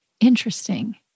Interesting